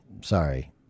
Sorry